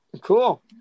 cool